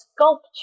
sculpture